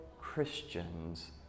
Christians